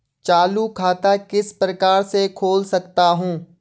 चालू खाता किस प्रकार से खोल सकता हूँ?